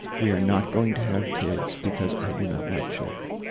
we are not going to have kids because i do not like children.